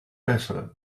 better